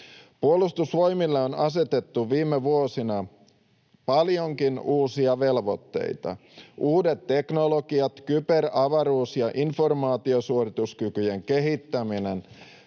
Puolustusvoimille on asetettu viime vuosina paljonkin uusia velvoitteita. Uudet teknologiat, kyber-, avaruus- ja informaatiosuorituskykyjen kehittäminen